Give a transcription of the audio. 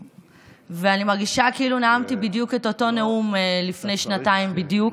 ואני מרגישה כאילו נאמתי בדיוק את אותו נאום לפני שנתיים בדיוק.